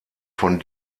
von